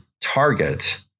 target